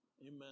amen